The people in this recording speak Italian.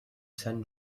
san